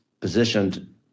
positioned